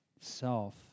self